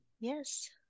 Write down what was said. Yes